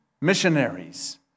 missionaries